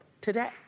today